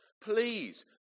please